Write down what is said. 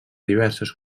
diverses